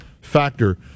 factor